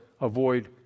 avoid